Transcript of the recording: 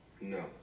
No